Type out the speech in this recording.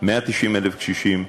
190,000 קשישים,